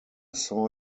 saw